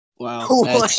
Wow